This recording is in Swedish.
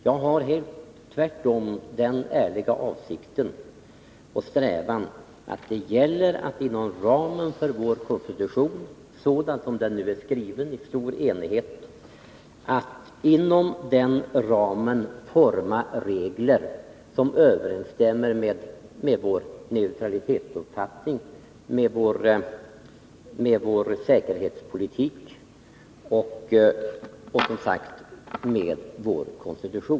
Jag har tvärtom den inställningen att det gäller att inom ramen för vår konstitution, sådan den nu är skriven i stor enighet, ärligt sträva efter att forma regler som överensstämmer med vår neutralitetsuppfattning, med vår säkerhetspolitik.